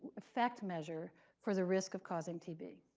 effect measure for the risk of causing tb.